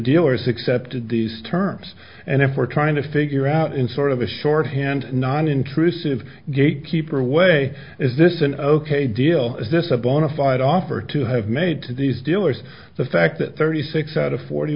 dealers accepted these terms and if we're trying to figure out in sort of a shorthand non intrusive gatekeeper way is this an ok deal is this a bona fide offer to have made to these dealers the fact that thirty six out of forty